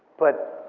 but